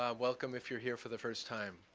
ah welcome if you're here for the first time.